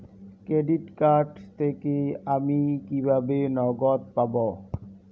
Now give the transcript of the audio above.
Credit card থেকে আমি কিভাবে নগদ পাব?